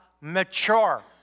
mature